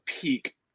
peak